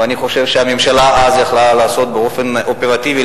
ואני חושב שהממשלה אז יכלה לעשות באופן אופרטיבי,